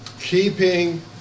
keeping